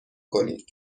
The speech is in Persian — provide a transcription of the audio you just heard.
کنید